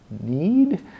need